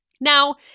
Now